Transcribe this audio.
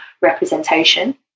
representation